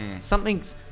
Something's